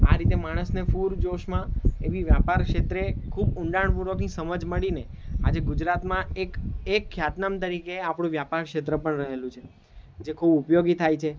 આ રીતે માણસને પૂરજોશમાં એવી વ્યાપાર ક્ષેત્રે ખૂબ ઊંડાણપૂર્વકની સમજ મળીને આજે ગુજરાતમાં એક એક ખ્યાતનામ તરીકે આપણું વ્યાપાર ક્ષેત્ર પણ રહેલું છે જે ખૂબ ઉપયોગી થાય છે